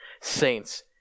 saints